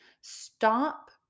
Stop